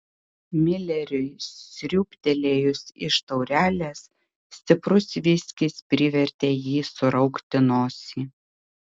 mileriui sriūbtelėjus iš taurelės stiprus viskis privertė jį suraukti nosį